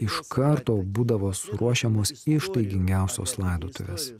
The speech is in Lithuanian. iš karto būdavo suruošiamos ištaigingiausios laidotuvės